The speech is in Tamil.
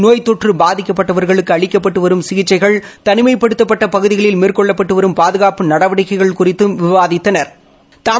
நோய் தொற்று பாதிக்கப்பட்டவர்களுக்கு அளிக்கப்பட்டு வரும் சிகிச்சைகள் தனிமைப்படுத்தப்பட்ட பகுதிகளில் மேற்கொள்ளப்பட்டு வரும் பாதுகாப்பு நடவடிக்கைகள் குறித்தும் விவாதித்தனா்